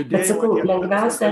bet sakau lengviausia